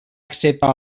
accepta